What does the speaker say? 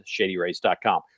ShadyRays.com